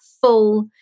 full